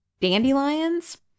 dandelions